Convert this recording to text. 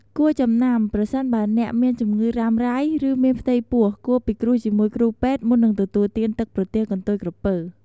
គួរចំណាំប្រសិនបើអ្នកមានជំងឺរ៉ាំរ៉ៃ ឬមានផ្ទៃពោះ គួរពិគ្រោះជាមួយគ្រូពេទ្យមុននឹងទទួលទានទឹកប្រទាលកន្ទុយក្រពើ។